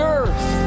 earth